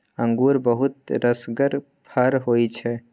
अंगुर बहुत रसगर फर होइ छै